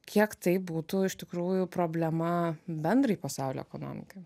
kiek tai būtų iš tikrųjų problema bendrai pasaulio ekonomikai